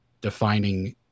defining